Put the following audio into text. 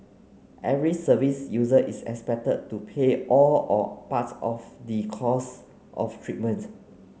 every service user is expected to pay all or part of the costs of treatment